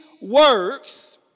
works